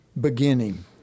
beginning